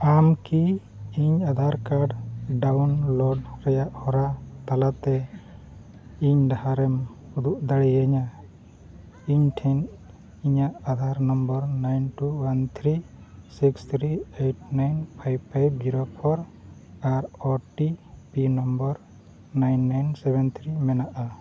ᱟᱢ ᱠᱤ ᱤᱧ ᱟᱫᱷᱟᱨ ᱠᱟᱨᱰ ᱰᱟᱣᱩᱱᱞᱳᱰ ᱨᱮᱭᱟᱜ ᱦᱚᱨᱟ ᱛᱟᱞᱟᱛᱮ ᱤᱧ ᱰᱟᱦᱟᱨᱮᱢ ᱩᱫᱩᱜ ᱫᱟᱲᱮᱭᱤᱧᱟᱹ ᱤᱧ ᱴᱷᱮᱱ ᱤᱧᱟᱹᱜ Aadhaar number nine two one three six three eight nine five five zero four ᱟᱨ O T P number nine nine seven three ᱢᱮᱱᱟᱜᱼᱟ